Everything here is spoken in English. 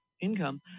income